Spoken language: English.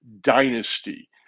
dynasty